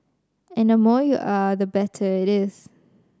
and the more you are the better it is